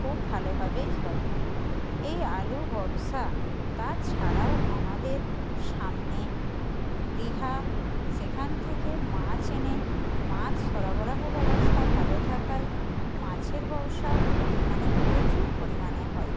খুব ভালোভাবেই হয় এই আলু ব্যবসা তাছাড়াও আমাদের সামনে দীঘা সেখান থেকে মাছ এনে মাছ সরবরাহ ব্যবস্থা ভালো থাকায় মাছের ব্যবসাও এখানে প্রচুর পরিমাণে হয়